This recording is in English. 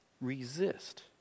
Resist